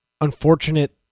unfortunate